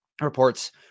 reports